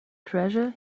treasure